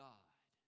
God